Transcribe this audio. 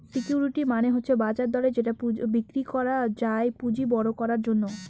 security মানে হচ্ছে বাজার দরে যেটা বিক্রি করা যায় পুঁজি বড়ো করার জন্য